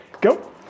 go